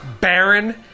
Baron